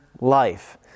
life